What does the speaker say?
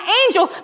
angel